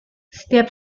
setiap